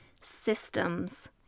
systems